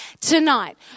tonight